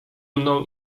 mną